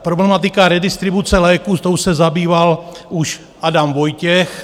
Problematika redistribuce léků, tou se zabýval už Adam Vojtěch.